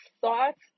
thoughts